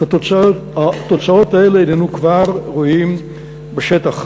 את התוצאות האלה הננו כבר רואים בשטח.